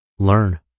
Learn